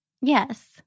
Yes